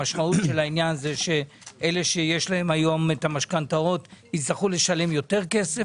המשמעות של כך היא שאנשים שיש להם היום משכנתאות יצטרכו לשלם יותר כסף.